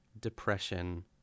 depression